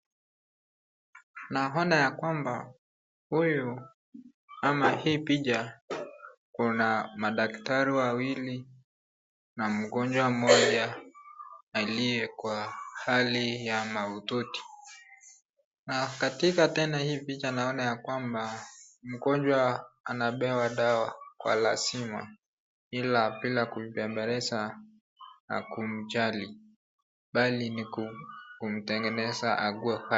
Ninaona ya kwamba huyu ama hii picha kuna madaktari wawili na mgonjwa mmoja aliye kwa hali ya maututi. Na katika tena hii picha naona ya kwamba mgonjwa anapewa dawa kwa lazima ila bila kumbebeleza na kumjali. Bali ni kumtengeneza aguwe.